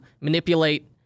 manipulate